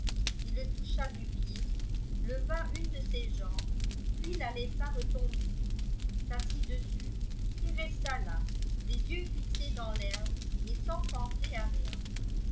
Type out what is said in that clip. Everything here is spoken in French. ii le toucha du pied leva une de ses jambes puis la laissa retomber s'assit dessus et resta là les yeux fixés dans l'herbe et sans penser à rien